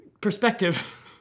perspective